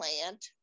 plant